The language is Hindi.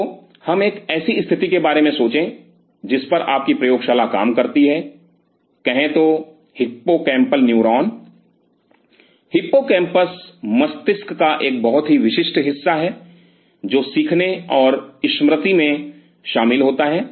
तो हम एक ऐसी स्थिति के बारे में सोचें जिस पर आपकी प्रयोगशाला काम करती हैं कहे तो हिप्पोकैम्पल न्यूरॉन हिप्पोकैम्पस मस्तिष्क का एक बहुत ही विशिष्ट हिस्सा है जो सीखने और स्मृति में शामिल होता है